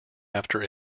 after